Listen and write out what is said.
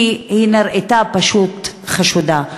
כי היא נראתה פשוט חשודה.